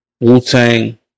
Wu-Tang